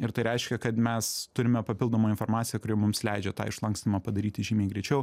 ir tai reiškia kad mes turime papildomą informaciją kuri mums leidžia tą išlankstymą padaryti žymiai greičiau